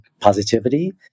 positivity